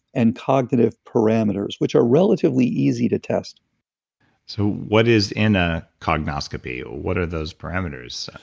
and cognitive parameters, which are relatively easy to test so what is in a cognoscopy? what are those parameters?